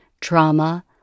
trauma